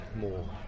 more